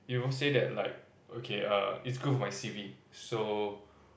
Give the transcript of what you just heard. you won't say that like okay err it's good for my c_v so